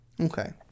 Okay